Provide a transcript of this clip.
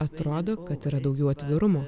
atrodo kad yra daugiau atvirumo